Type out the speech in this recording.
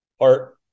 art